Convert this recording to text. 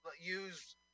use